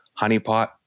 honeypot